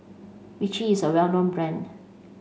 Vichy is a well known brand